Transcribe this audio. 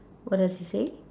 what does he say